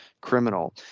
criminal